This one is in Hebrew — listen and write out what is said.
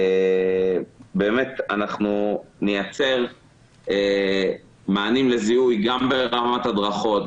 אנחנו נייצר מענים לזיהוי גם ברמת הדרכות,